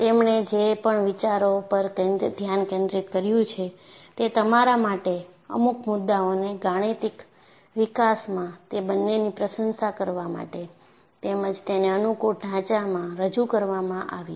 તેમણે જે પણ વિચારો પર ધ્યાન કેન્દ્રિત કર્યું છે તે તમારા માટે અમુક મુદ્દાઓને ગાણિતિક વિકાસમાં તે બંનેની પ્રશંસા કરવા માટે તેમજ તેને અનુકૂળ ઢાંચામાં રજૂ કરવામાં આવી છે